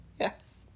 yes